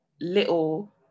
little